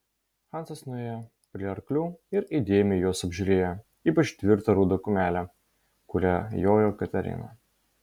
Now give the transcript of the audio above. hansas nuėjo prie arklių ir įdėmiai juos apžiūrėjo ypač tvirtą rudą kumelę kuria jojo katerina